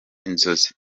inzozi